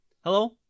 Hello